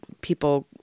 people